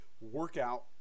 Workout